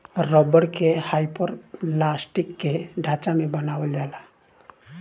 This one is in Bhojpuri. रबर के हाइपरलास्टिक के ढांचा में बनावल जाला